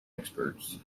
experts